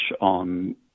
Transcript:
on